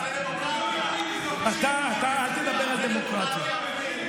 ושיקלי וסילמן, זו דמוקרטיה?